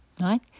Right